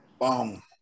Boom